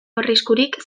arriskurik